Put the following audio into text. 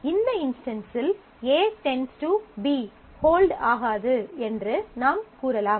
இந்த இன்ஸ்டன்ஸில் A → B hold ஆகாது என்று நாம் கூறலாம்